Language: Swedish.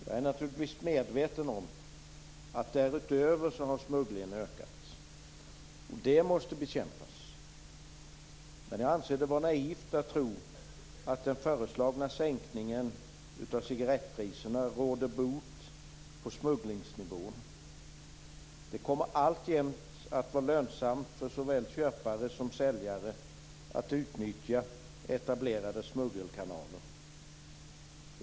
Jag är naturligtvis medveten om att smugglingen därutöver har ökat. Och den måste bekämpas. Men jag anser att det är naivt att tro att den föreslagna sänkningen av cigarettpriserna råder bot på smugglingen. Det kommer alltjämt att vara lönsamt för såväl köpare som säljare att utnyttja etablerade smuggelkanaler.